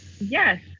Yes